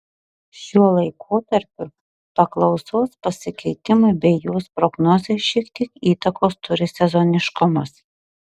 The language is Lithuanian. šiuo laikotarpiu paklausos pasikeitimui bei jos prognozei šiek tiek įtakos turi sezoniškumas